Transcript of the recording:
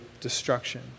destruction